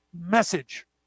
message